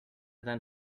than